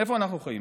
איפה אנחנו חיים?